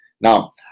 Now